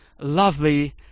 lovely